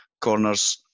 corners